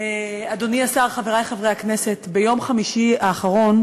אדוני השר, חברי חברי הכנסת, ביום חמישי האחרון